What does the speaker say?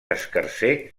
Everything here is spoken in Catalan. escarser